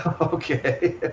Okay